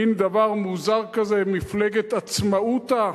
מין דבר מוזר כזה, מפלגת "עצמאותה",